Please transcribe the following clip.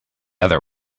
other